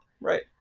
right